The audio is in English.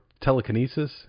telekinesis